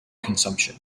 consumption